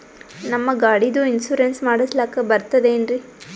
ನಮ್ಮ ಗಾಡಿದು ಇನ್ಸೂರೆನ್ಸ್ ಮಾಡಸ್ಲಾಕ ಬರ್ತದೇನ್ರಿ?